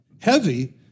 heavy